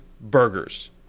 burgers